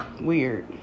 Weird